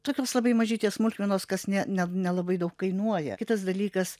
tokios labai mažytės smulkmenos kas ne ne nelabai daug kainuoja kitas dalykas